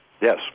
Yes